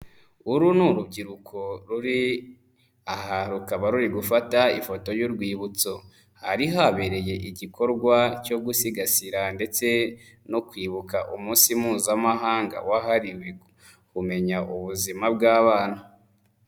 Uru ni urubyiruko ruri aha rukaba ruri gufata ifoto y'urwibutso. Hari habereye igikorwa cyo gusigasira ndetse no kwibuka Umunsi Mpuzamahanga wahariwe kumenya ubuzima bw'abana.